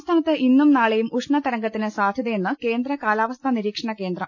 സംസ്ഥാനത്ത് ഇന്നും നാളെയും ഉഷ്ണതരംഗത്തിന് സാധ്യ തയെന്ന് കേന്ദ്ര കാലാവസ്ഥാ നിരീക്ഷണകേന്ദ്രം